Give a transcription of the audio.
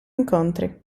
incontri